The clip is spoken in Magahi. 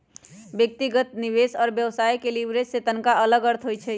व्यक्तिगत वित्त, निवेश और व्यवसाय में लिवरेज के तनका अलग अर्थ होइ छइ